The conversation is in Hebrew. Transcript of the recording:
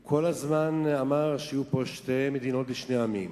הוא כל הזמן אמר שיהיו פה שתי מדינות לשני עמים.